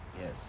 yes